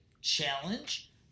challenge